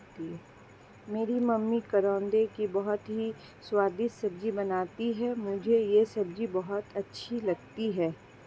मेरी मम्मी करौंदे की बहुत ही स्वादिष्ट सब्जी बनाती हैं मुझे यह सब्जी बहुत अच्छी लगती है